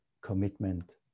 commitment